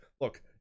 look